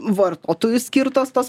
vartotojui skirtos tos